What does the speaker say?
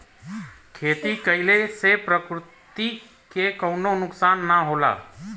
खेती कइले से प्रकृति के कउनो नुकसान ना होला